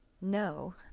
No